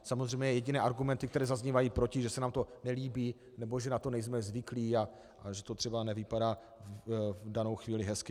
Samozřejmě jediné argumenty, které zaznívají proti, že se nám to nelíbí nebo že na to nejsme zvyklí a že to třeba nevypadá v danou chvíli hezky.